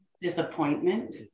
disappointment